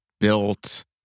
built